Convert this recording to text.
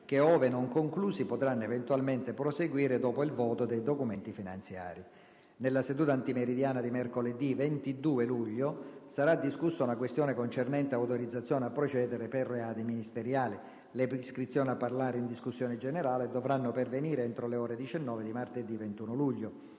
che, ove non conclusi, potranno eventualmente proseguire dopo il voto dei documenti finanziari. Nella seduta antimeridiana di mercoledì 22 luglio sarà discussa una questione concernente autorizzazione a procedere per reati ministeriali. Le iscrizioni a parlare in discussione generale dovranno pervenire entro le ore 19 di martedì 21 luglio.